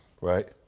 right